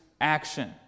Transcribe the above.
action